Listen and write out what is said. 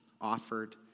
offered